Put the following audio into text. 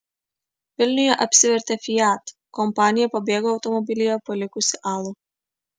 vilniuje apsivertė fiat kompanija pabėgo automobilyje palikusi alų